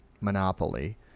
monopoly